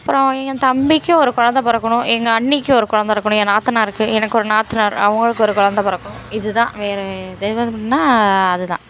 அப்பறம் என் தம்பிக்கு ஒரு கொழந்தை பிறக்கணும் எங்கள் அண்ணிக்கு ஒரு கொழந்தை இருக்கணும் என் நாத்தனாருக்கு எனக்கு ஒரு நாத்தனார் அவங்களுக்கு ஒரு கொழந்தை பிறக்கணும் இது தான் வேறு எது அது தான்